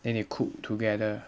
then they cook together